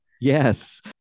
Yes